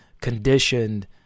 conditioned